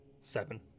Seven